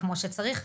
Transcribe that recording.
כמו שצריך,